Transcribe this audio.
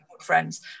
friends